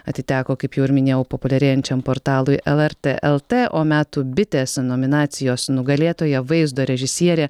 atiteko kaip jau ir minėjau populiarėjančiam portalui lrt lt o metų bitės nominacijos nugalėtoja vaizdo režisierė